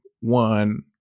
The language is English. one